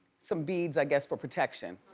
some beads, i guess, for protection,